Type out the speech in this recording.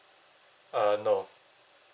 uh no